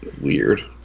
weird